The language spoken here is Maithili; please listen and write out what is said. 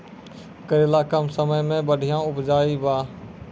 करेला कम समय मे बढ़िया उपजाई बा?